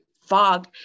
fog